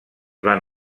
van